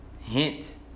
hint